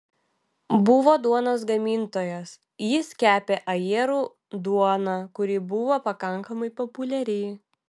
buvo duonos gamintojas jis kepė ajerų duoną kuri buvo pakankamai populiari